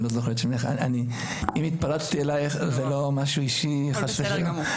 אם התפרצתי אליך זה לא משהו אישי חס ושלום.